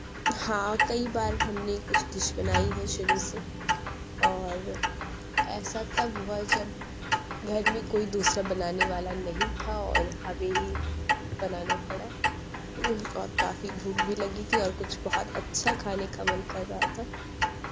ہاں کئی بار ہم نے کچھ ڈش بنائی ہے شروع سے اور ایسا تب ہُوا جب گھر میں کوئی دوسرا بنانے والا نہیں تھا اور ہمیں ہی بنانا پڑا اور کافی بھوک بھی لگی تھی اور کچھ بہت اچھا کھانے کا من کر رہا تھا